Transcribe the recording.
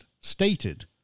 stated